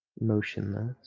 motionless